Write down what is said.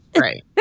right